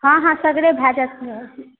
हॅं हॅं सगरे भय जायत